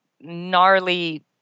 gnarly